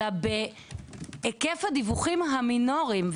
אלא בהיקף הדיווחים המינוריים,